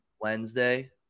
Wednesday